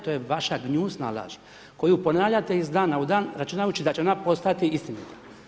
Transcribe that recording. To je vaša gnjusna laž, koju ponavljate iz dana u dan, računajući da će ona postati istinita.